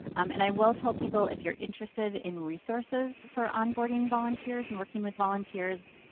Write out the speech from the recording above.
and i will tell people if you're interested in resources for onboarding volunteers and working with volunteers.